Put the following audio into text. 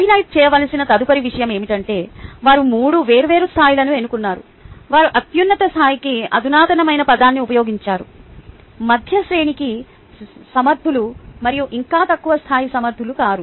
highlight చేయవలసిన తదుపరి విషయం ఏమిటంటే వారు మూడు వేర్వేరు స్థాయిలను ఎన్నుకున్నారు వారు అత్యున్నత స్థాయికి అధునాతనమైన పదాన్ని ఉపయోగించారు మధ్య శ్రేణికి సమర్థులు మరియు ఇంకా తక్కువ స్థాయికి సమర్థులు కాదు